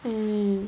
mm